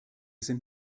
sind